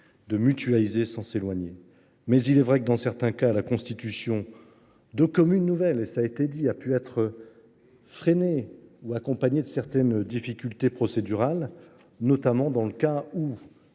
de mutualiser sans s’éloigner. Mais il est vrai que, dans certains cas, la constitution de communes nouvelles a pu s’accompagner de certaines difficultés procédurales, notamment dans le cas où